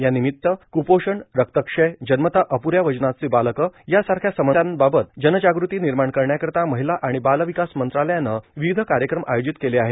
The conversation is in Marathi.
या निमित्त कुपोषण रक्तक्षय जन्मतः अप्र च्या वजनाची बालकं यासारख्या समस्यांबाबत जनजाग्रती निर्माण करण्याकरिता महिला आणि बाल विकास मंत्रालयानं विविध कार्यक्रम आयोजित केले आहेत